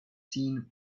seen